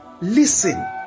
listen